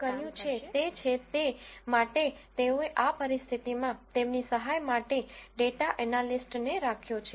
તેથી તેમણે જે કર્યું છે તે છે તે માટે તેઓએ આ પરિસ્થિતિમાં તેમની સહાય માટે ડેટા એનાલીસ્ટને રાખ્યો છે